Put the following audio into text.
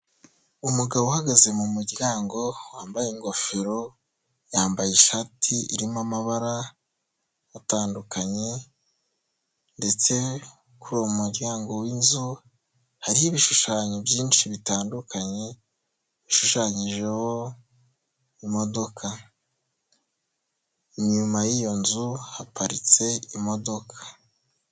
Umugabo uhagaze mu muryango wambaye ingofero, yambaye ishati irimo amabara atandukanye ndetse kuri uwo mu muryango w'inzu hariho ibishushanyo byinshi bitandukanye, hashushanyijeho imodoka. Inyuma y'iyo nzu haparitse imodoka.